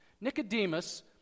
Nicodemus